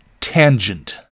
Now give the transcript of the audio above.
Tangent